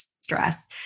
stress